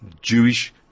Jewish